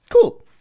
cool